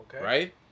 Right